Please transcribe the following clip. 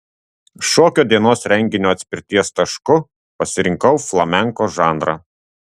šokio dienos renginio atspirties tašku pasirinkau flamenko žanrą